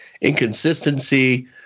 inconsistency